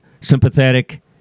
sympathetic